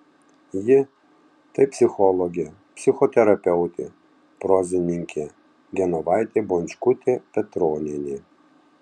ji tai psichologė psichoterapeutė prozininkė genovaitė bončkutė petronienė